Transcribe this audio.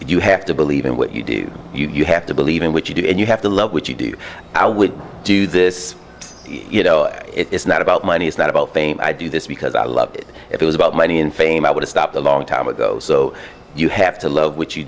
you have to believe in what you do you have to believe in which you do and you have to love what you do i would do this you know it's not about money it's not about fame i do this because i love it if it was about money and fame i would have stopped a long time ago so you have to love what you